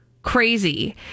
crazy